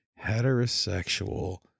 heterosexual